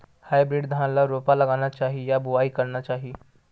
Hybrid धान ल रोपा लगाना चाही या बोआई करना चाही?